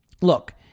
look